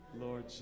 Lord